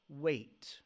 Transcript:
wait